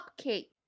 cupcake